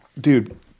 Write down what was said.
dude